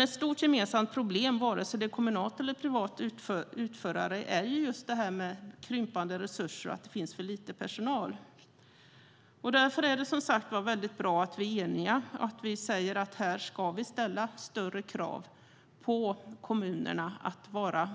Ett stort gemensamt problem, vare sig det är en kommunal eller en privat utförare, är krympande resurser och att det finns för lite personal. Därför är det bra att vi är eniga om att vi ska ställa större krav på kommunerna att vara